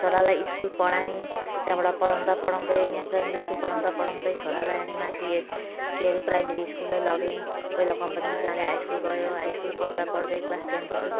छोरालाई स्कुल पढाएँ त्यहाँबाट पढाउँदा पढाउँदै यहाँ प्राइमेरी स्कुल पढाउँदा पढाउँदै छोरालाई अनि माथि के अरे प्राइमेरी स्कुलै लगेँ कोइला कम्पनी हाई स्कुल गयो हाई स्कुल पढ्दा पढ्दै क्लास टेनदेखि